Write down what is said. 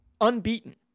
unbeaten